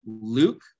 Luke